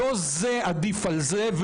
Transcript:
לא זה עדיף על זה,